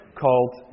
called